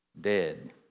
dead